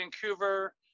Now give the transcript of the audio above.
Vancouver